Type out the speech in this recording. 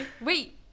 Wait